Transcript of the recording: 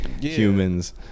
humans